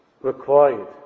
required